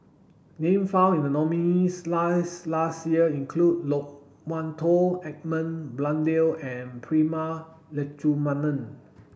name found in the nominees' last year include Loke Wan Tho Edmund Blundell and Prema Letchumanan